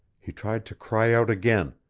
he tried to cry out again,